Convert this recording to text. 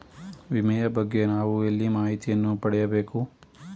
ವಿಮೆಯ ಬಗ್ಗೆ ನಾವು ಎಲ್ಲಿ ಮಾಹಿತಿಯನ್ನು ಪಡೆಯಬೇಕು?